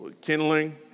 kindling